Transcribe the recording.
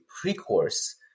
Pre-Course